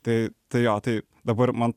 tai tai jo tai dabar man